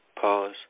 pause